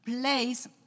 place